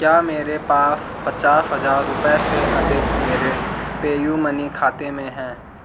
क्या मेरे पास पच्चास हज़ार रूपए से अधिक मेरे पे यू मनी खाते में हैं